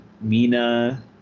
mina